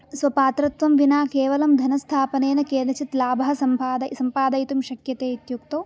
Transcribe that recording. स्वपात्रत्वं विना केवलं धनस्थापनेन केनचित् लाभः सम्पाद सम्पादयितुं शक्यते इत्युक्तौ